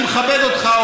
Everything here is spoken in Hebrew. אני מכבד אותך,